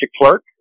clerk